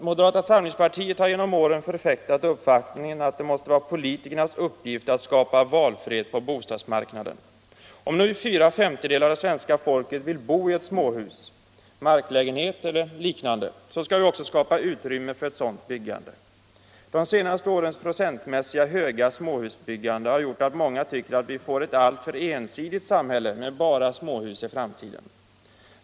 Moderata samlingspartiet har genom åren förfäktat uppfattningen att det måste vara politikernas uppgift att skapa valfrihet på bostadsmarknaden. Om nu fyra femtedelar av svenska folket vill bo i småhus, marklägenhet eller liknande, skall vi också skapa utrymme för ett sådant byggande. De senaste årens procentuellt sett höga småhusbyggande har gjort att många tycker att vi får ett alltför ensidigt samhälle med bara småhus i framtiden.